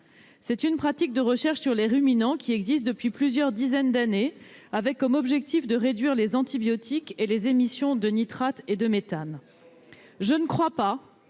d'une pratique de recherche sur les ruminants qui existe depuis plusieurs dizaines d'années, avec comme objectif la réduction des antibiotiques et des émissions de nitrate et de méthane. Je ne crois pas